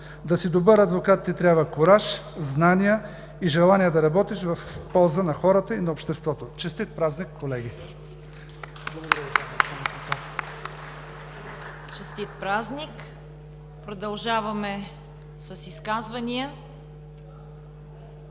да си добър адвокат ти трябва кураж, знания и желание да работиш в полза на хората и на обществото. Честит празник, колеги! (Частични ръкопляскания.)